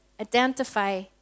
identify